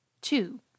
Two